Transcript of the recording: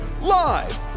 Live